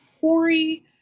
Corey